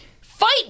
fight